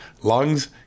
lungs